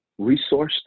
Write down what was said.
resourced